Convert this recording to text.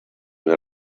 més